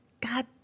God